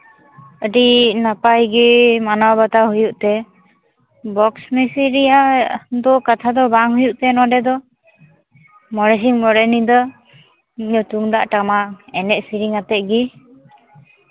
ᱟᱹᱰᱤ ᱱᱟᱯᱟᱭ ᱜᱮ ᱢᱟᱱᱟᱣ ᱵᱟᱛᱟᱣ ᱦᱩᱭᱩᱜ ᱛᱮ ᱵᱚᱠᱥ ᱢᱮᱥᱤᱱ ᱨᱮᱭᱟᱜ ᱠᱟᱛᱷᱟ ᱫᱚ ᱵᱟᱝ ᱦᱩᱭᱩᱜ ᱛᱟᱦᱮᱸ ᱱᱚᱸᱰᱮ ᱫᱚ ᱢᱚᱬᱮ ᱥᱤᱧ ᱢᱚᱬᱮ ᱧᱤᱫᱟᱹ ᱛᱩᱢᱫᱟᱜ ᱴᱟᱢᱟᱠ ᱮᱱᱮᱡ ᱥᱮᱨᱮᱧᱟᱛᱮ ᱜᱮ